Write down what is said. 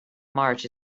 march